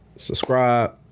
subscribe